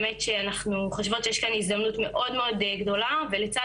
באמת שאנחנו חושבות שיש כאן הזדמנות מאוד מאוד גדולה ולצד